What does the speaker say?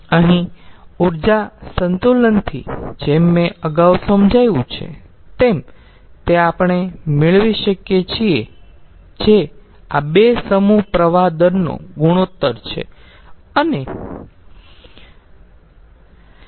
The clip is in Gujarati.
અહીં ઊર્જા સંતુલનથી જેમ મેં અગાઉ સમજાવ્યું છે તેમ તે આપણે મેળવી શકીએ છીયે જે આ 2 સમૂહ પ્રવાહ દરનો ગુણોત્તર છે અને તે 0